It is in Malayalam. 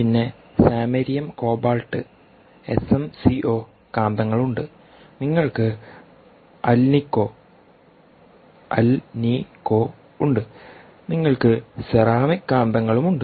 പിന്നെ സമരിയം കോബാൾട്ട് എസ്എം കോ കാന്തങ്ങൾ ഉണ്ട് നിങ്ങൾക്ക് അൽനിക്കോ അൽ നി കോ ഉണ്ട് നിങ്ങൾക്ക് സെറാമിക് കാന്തങ്ങളും ഉണ്ട്